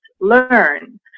learn